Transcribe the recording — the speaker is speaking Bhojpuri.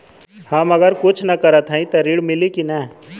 हम अगर कुछ न करत हई त ऋण मिली कि ना?